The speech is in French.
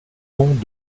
pont